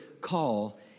call